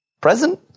present